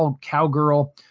cowgirl